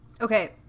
okay